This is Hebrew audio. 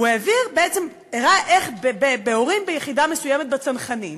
הוא הראה איך בין הורים ביחידה מסוימת בצנחנים